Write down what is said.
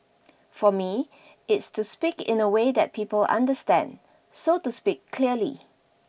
for me it's to speak in a way that people understand so to speak clearly